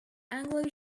anglo